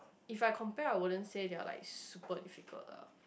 if I compare I wouldn't say they are like super difficult ah